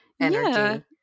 energy